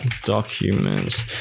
documents